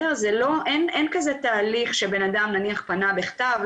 אין כזה תהליך שאדם נניח פנה בכתב,